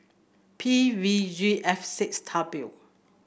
P V G F six W